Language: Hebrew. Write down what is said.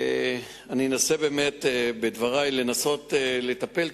אני אנסה בדברי באמת לנסות לטפל,